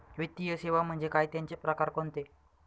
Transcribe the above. वित्तीय सेवा म्हणजे काय? त्यांचे प्रकार कोणते?